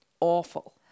awful